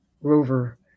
rover